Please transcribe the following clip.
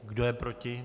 Kdo je proti?